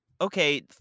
okay